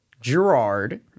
Gerard